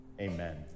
Amen